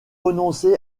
renoncer